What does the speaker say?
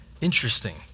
Interesting